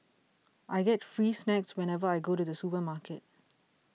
I get free snacks whenever I go to the supermarket